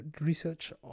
research